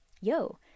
yo